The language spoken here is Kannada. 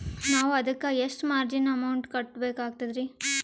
ನಾವು ಅದಕ್ಕ ಎಷ್ಟ ಮಾರ್ಜಿನ ಅಮೌಂಟ್ ಕಟ್ಟಬಕಾಗ್ತದ್ರಿ?